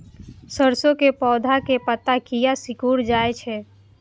सरसों के पौधा के पत्ता किया सिकुड़ जाय छे?